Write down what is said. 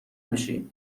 میشی